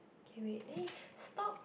K wait eh stop